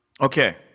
Okay